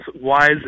wise